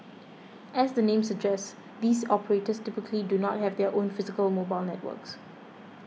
as the name suggests these operators typically do not have their own physical mobile networks